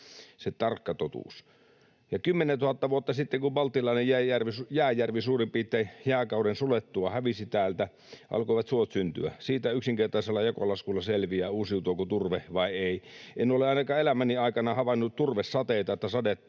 se tarkka totuus. Ja 10 000 vuotta sitten, kun Baltian jääjärvi suurin piirtein jääkauden sulettua hävisi täältä, alkoivat suot syntyä. Siitä yksinkertaisella jakolaskulla selviää, uusiutuuko turve vai ei. En ole ainakaan elämäni aikana havainnut turvesateita, että